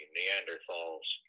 Neanderthals